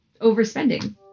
overspending